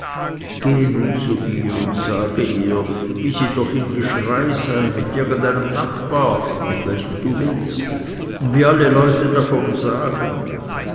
gehe nun zu ihr und sage ihr wie sie im geschrei sei mit irgendeinem nachbar mit welchem du willst und wie alle leute davon sagen